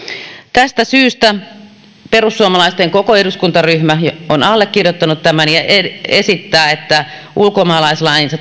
tästä syystä perussuomalaisten koko eduskuntaryhmä on allekirjoittanut tämän ja esittää että ulkomaalaislain